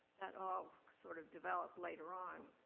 that all sort of developed later on.